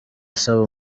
asaba